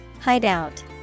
Hideout